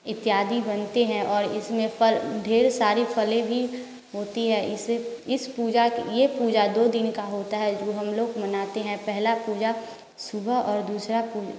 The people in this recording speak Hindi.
इत्यादि बनते हैं और इसमें फल ढेर सारे फले भी होती है इस इस पूजा ये पूजा दो दिन का होता है जो हम लोग मनाते हैं पहला पूजा सुबह और दूसरा